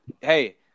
hey